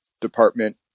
department